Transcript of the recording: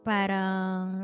Parang